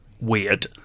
weird